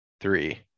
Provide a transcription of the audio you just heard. Three